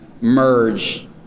merge